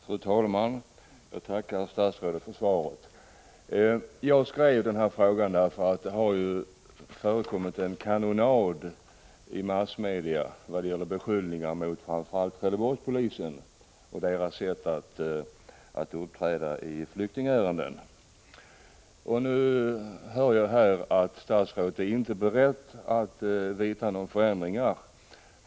Fru talman! Jag tackar statsrådet för svaret. Jag har ställt den här frågan på grund av att det i massmedia har förekommit en kanonad av beskyllningar mot framför allt Trelleborgspolisen och dess sätt att uppträda i samband med flyktingärenden. Nu får jag beskedet att statsrådet inte är beredd att vidta några förändringar.